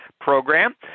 program